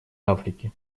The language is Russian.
африки